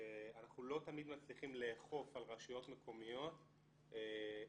שאנחנו לא תמיד מצליחים לאכוף על רשויות מקומיות לתקצב